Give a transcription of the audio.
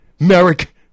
Merrick